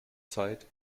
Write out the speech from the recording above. zeit